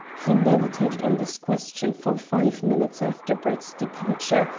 he meditated on this question for five minutes after brett's departure,